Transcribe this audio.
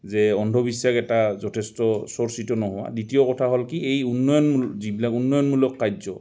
যে অন্ধবিশ্বাস এটা যথেষ্ট চৰ্চিত নোহোৱা দ্বিতীয় কথা হ'ল কি এই উন্নয়নমূল যিবিলাক উন্নয়নমূলক কাৰ্য